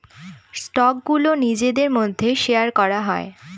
স্টকগুলো নিজেদের মধ্যে শেয়ার করা হয়